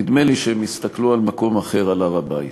נדמה לי שהם הסתכלו על מקום אחר, על הר-הבית.